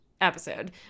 episode